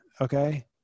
okay